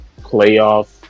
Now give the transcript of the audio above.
playoff